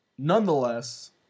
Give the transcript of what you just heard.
Nonetheless